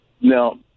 Now